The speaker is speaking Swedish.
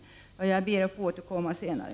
Jag ber att få återkomma senare.